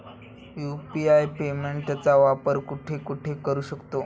UPI पेमेंटचा वापर कुठे कुठे करू शकतो?